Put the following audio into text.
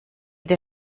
der